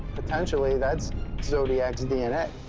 potentially that's zodiac's dna.